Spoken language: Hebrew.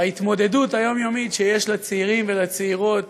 וההתמודדות היומיומית שיש לצעירים ולצעירות